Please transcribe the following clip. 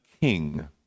king